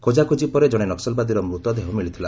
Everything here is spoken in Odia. ଖୋଟ୍ଟାଖୋଜି ପରେ ଜଣେ ନକ୍ସଲବାଦୀର ମୃତଦେହ ମିଳିଥିଲା